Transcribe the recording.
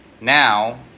Now